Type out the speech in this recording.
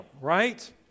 right